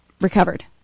recovered